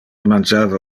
mangiava